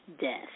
death